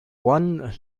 one